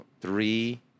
three